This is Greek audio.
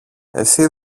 εσύ